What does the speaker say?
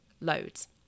loads